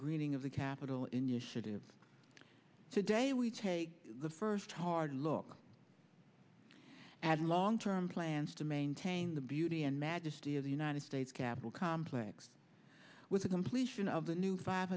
greening of the capital initiative today we take the first hard look at long term plans to maintain the beauty and majesty of the united states capitol complex with the completion of a new five